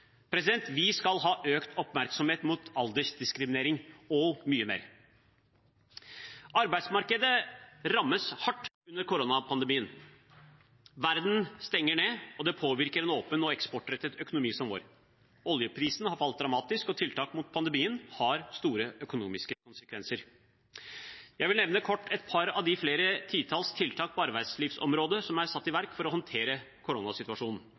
Vi skal ha økt oppmerksomhet mot aldersdiskriminering og mye mer. Arbeidsmarkedet rammes hardt under koronapandemien. Verden stenger ned, og det påvirker en åpen og eksportrettet økonomi som vår. Oljeprisen har falt dramatisk, og tiltak mot pandemien har store økonomiske konsekvenser. Jeg vil nevne kort et par av de flere titalls tiltak på arbeidslivsområdet som er satt i verk for å håndtere koronasituasjonen: